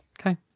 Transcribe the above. Okay